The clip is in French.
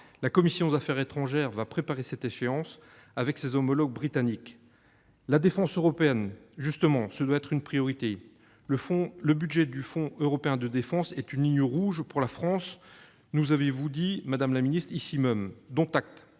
La commission des affaires étrangères va préparer cette échéance avec son homologue britannique. La défense européenne, justement, doit être une priorité. Le budget du Fonds européen de la défense (Fedef) est « une ligne rouge pour la France », nous avez-vous dit ici même, madame